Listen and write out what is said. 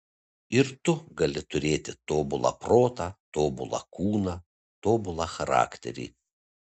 ir tu gali turėti tobulą protą tobulą kūną tobulą charakterį